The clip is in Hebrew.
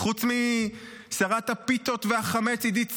חוץ משרת הפיתות והחמץ עידית סילמן,